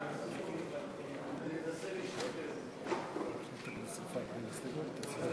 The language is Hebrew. ההסתייגות של קבוצת סיעת יהדות התורה, קבוצת